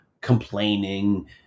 complaining